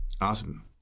Awesome